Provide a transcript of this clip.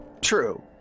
True